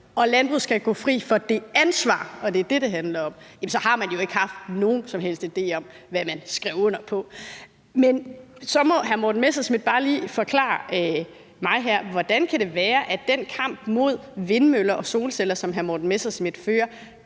at landbruget skal gå fri for det ansvar – det er jo det, det handler om – har man ikke haft nogen som helst idé om, hvad man skrev under på. Men så må hr. Morten Messerschmidt bare lige forklare mig her, hvordan det kan være, at den kamp mod vindmøller og solceller, som hr. Morten Messerschmidt fører,